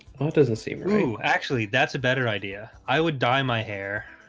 well, it doesn't seem right actually that's a better idea i would dye my hair